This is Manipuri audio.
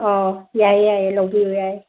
ꯑꯥꯎ ꯌꯥꯏ ꯌꯥꯏ ꯂꯧꯕꯤꯌꯣ ꯌꯥꯏ